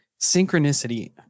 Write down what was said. synchronicity